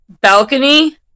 balcony